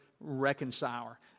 reconciler